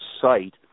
site